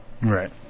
Right